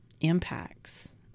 impacts